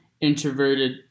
introverted